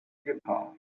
guitar